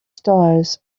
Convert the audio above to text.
stars